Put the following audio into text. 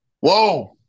Whoa